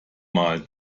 mal